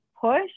push